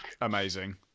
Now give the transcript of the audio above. Amazing